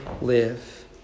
live